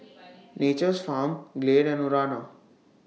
Nature's Farm Glade and Urana